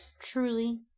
truly